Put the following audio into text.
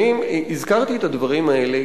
אני הזכרתי את הדברים האלה,